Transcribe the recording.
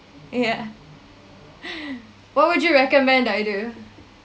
ya what would you recommend I do